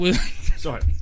sorry